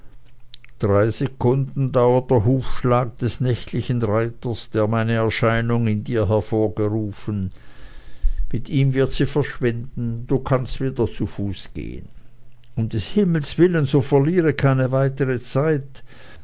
drei sekunden dauert der hufschlag des nächtlichen reiters der meine erscheinung in dir hervorgerufen mit ihm wird sie verschwinden und du kannst wieder zu fuß gehen um des himmels willen so verliere keine weitere zeit